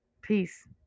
Peace